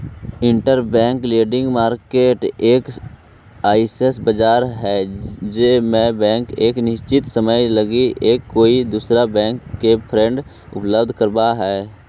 interbank lending market एक अइसन बाजार हई जे में बैंक एक निश्चित समय लगी एक कोई दूसरा बैंक के फंड उपलब्ध कराव हई